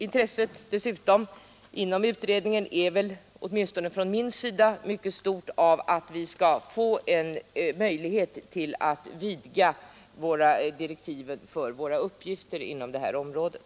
Intresset inom utredningen är väl — åtminstone från min sida — mycket stort för att vi skall få en möjlighet till vidgade direktiv för våra uppgifter på det här området.